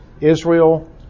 Israel